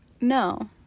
No